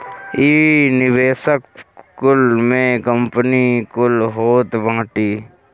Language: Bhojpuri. इ निवेशक कुल में कंपनी कुल होत बाटी